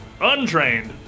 Untrained